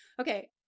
okay